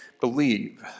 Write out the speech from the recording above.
believe